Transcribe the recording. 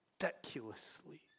ridiculously